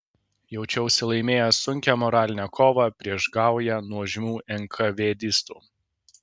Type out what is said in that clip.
jaučiausi laimėjęs sunkią moralinę kovą prieš gaują nuožmių enkavėdistų